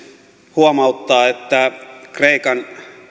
huomauttaa että kreikan